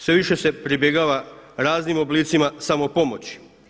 Sve više se pribjegava raznim oblicima samopomoći.